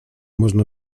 można